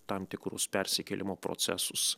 tam tikrus persikėlimo procesus